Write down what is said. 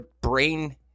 brain